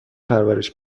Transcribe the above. پرورش